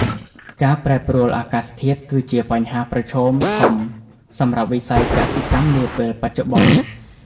ការប្រែប្រួលអាកាសធាតុគឺជាបញ្ហាប្រឈមធំសម្រាប់វិស័យកសិកម្មនាពេលបច្ចុប្បន្ន។